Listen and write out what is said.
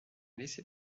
laissez